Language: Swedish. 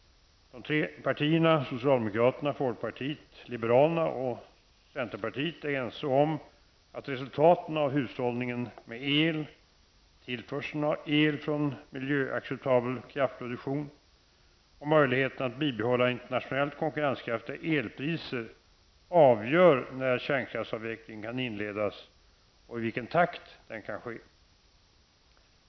De tre partierna -- socialdemokraterna, folkpartiet liberalerna och centerpartiet -- är ense om att resultaten av hushållningen med el, tillförseln av el från miljöacceptabel kraftproduktion och möjligheterna att bibehålla internationellt konkurrenskraftiga elpriser avgör när kärnkraftsavvecklingen kan inledas och i vilken takt den kan ske.